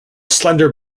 slender